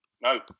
no